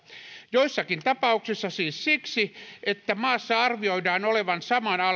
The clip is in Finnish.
joissakin tapauksissa siis siksi että maassa arvioidaan olevan saman alan